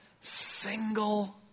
single